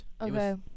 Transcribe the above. Okay